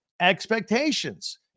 expectations